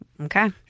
Okay